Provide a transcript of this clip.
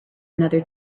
another